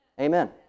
Amen